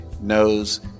knows